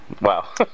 wow